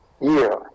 year